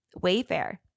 Wayfair